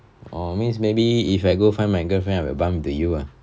oh means maybe if I go find my girlfriend I will bump into you ah